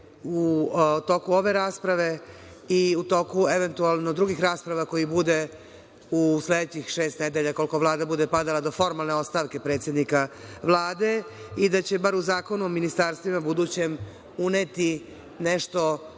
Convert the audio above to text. u toku ove rasprave i u toku eventualno drugih rasprava, ako ih bude u sledećih šest nedelja koliko Vlada bude padala do formalne ostavke predsednika Vlade i da će bar u Zakonu o ministarstvima, budućem, uneti nešto